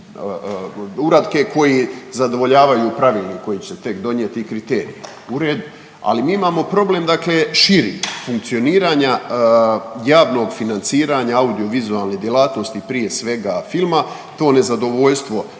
koji zadovoljavaju pravilnik koji će se tek donijeti i kriterije. U redu. Ali mi imamo problem dakle širi funkcioniranja javnog financiranja audio vizualne djelatnosti prije svega filma. To nezadovoljstvo